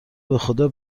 بخدا